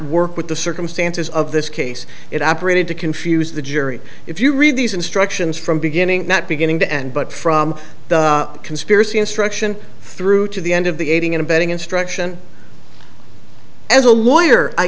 work with the circumstances of this case it operated to confuse the jury if you read these instructions from beginning not beginning to end but from the conspiracy instruction through to the end of the aiding and abetting instruction as a lawyer i